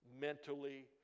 mentally